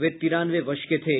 वे तिरानवे वर्ष के थे